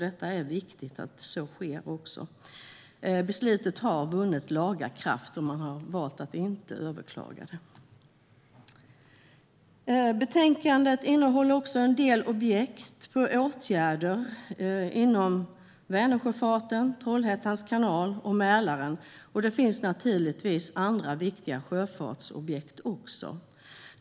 Det är viktigt att så sker. Beslutet har vunnit laga kraft, och man har valt att inte överklaga. Betänkandet innehåller också en del objekt som gäller åtgärder inom Vänersjöfarten, Trollhätte kanal och Mälaren. Det finns naturligtvis också andra viktiga sjöfartsobjekt.